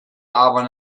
aber